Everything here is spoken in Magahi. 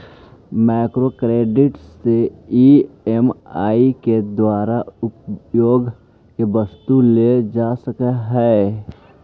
माइक्रो क्रेडिट से ई.एम.आई के द्वारा उपभोग के वस्तु लेल जा सकऽ हई